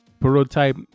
Prototype